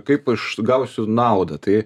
kaip aš gausiu naudą tai